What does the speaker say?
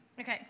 Okay